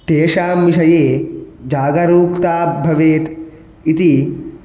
तेषां विषये जागरूकता भवेत् इति